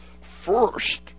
first